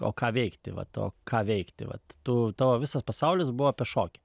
o ką veikti vat o ką veikti vat tu to visas pasaulis buvo apie šokį